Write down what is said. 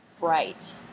Right